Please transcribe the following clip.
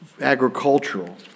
agricultural